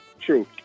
true